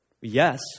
Yes